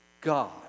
God